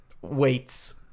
Weights